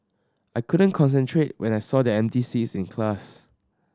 I couldn't concentrate when I saw their empty seats in class